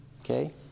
Okay